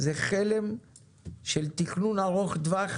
זה חלם של תכנון ארוך טווח,